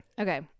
Okay